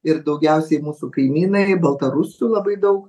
ir daugiausiai mūsų kaimynai baltarusių labai daug